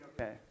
okay